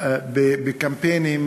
בקמפיינים